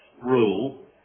rule